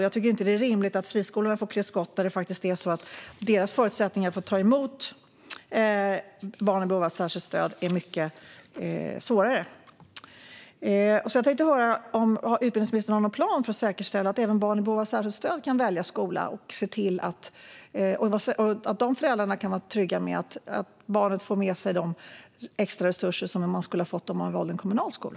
Jag tycker inte att det är rimligt att friskolorna får klä skott när deras förutsättningar att ta emot barn i behov av särskilt stöd faktiskt är mycket sämre. Jag tänkte höra om utbildningsministern har någon plan för att säkerställa att även barn i behov av särskilt stöd kan välja skola och att även de föräldrarna kan vara trygga med att barnet får med sig de extra resurser som man skulle ha fått om man valt en kommunal skola.